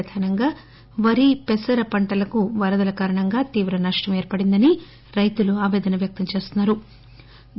ప్రధానంగా వరి పెసర పంటల క వరదల కారణంగా తీవ్ర నష్టం ఏర్పడిందని రైతులు ఆపేదన వ్యక్తం చేస్తున్నారు